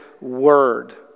word